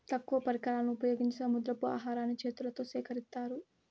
తక్కువ పరికరాలను ఉపయోగించి సముద్రపు ఆహారాన్ని చేతులతో సేకరిత్తారు